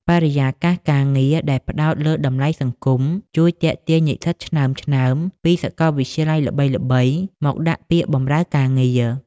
បរិយាកាសការងារដែលផ្ដោតលើតម្លៃសង្គម ជួយទាក់ទាញនិស្សិតឆ្នើមៗពីសាកលវិទ្យាល័យល្បីៗមកដាក់ពាក្យបម្រើការងារ។